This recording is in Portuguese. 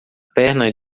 perna